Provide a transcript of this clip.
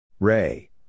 Ray